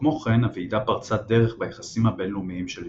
כמו כן הוועידה פרצה דרך ביחסים הבינלאומיים של ישראל.